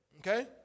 Okay